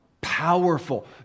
powerful